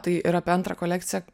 tai ir apie antrą kolekciją